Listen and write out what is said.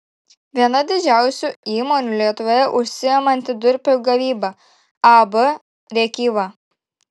viena didžiausių įmonių lietuvoje užsiimanti durpių gavyba ab rėkyva